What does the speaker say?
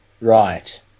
right